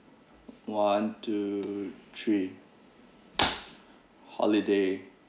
one two three holiday